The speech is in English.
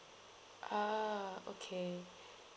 ah okay